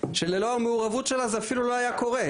ללא המעורבות שלה זה אפילו לא היה קורה,